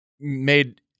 made